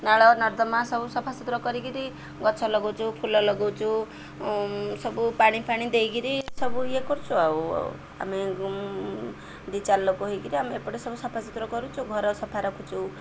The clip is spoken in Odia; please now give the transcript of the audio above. ନାଳ ନର୍ଦ୍ଦମା ସବୁ ସଫାସତୁରା କରିକିରି ଗଛ ଲଗାଉଛୁ ଫୁଲ ଲଗାଉଛୁ ସବୁ ପାଣି ଫାଣି ଦେଇକିରି ସବୁ ଇଏ କରୁଛୁ ଆଉ ଆମେ ଦୁଇ ଚାରିଲୋକ ହେଇକିରି ଆମେ ଏପଟେ ସବୁ ସଫା ସୁତୁରା କରୁଛୁ ଘର ସଫା ରଖୁଛୁ